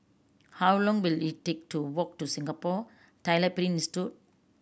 how long will it take to walk to Singapore Tyler Print Institute